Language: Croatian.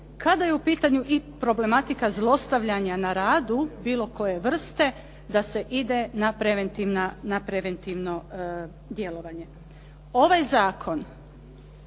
kada je u pitanju i problematika zlostavljanja na radu bilo koje vrste da se ide na preventivno djelovanje. Ovaj zakon